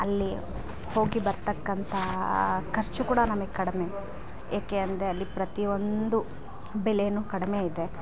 ಅಲ್ಲಿ ಹೋಗಿ ಬರ್ತಕ್ಕಂಥ ಖರ್ಚು ಕೂಡ ನಮಗೆ ಕಡಿಮೆ ಏಕೆ ಅಂದೆ ಅಲ್ಲಿ ಪ್ರತಿಯೊಂದು ಬೆಲೆನು ಕಡಿಮೆ ಇದೆ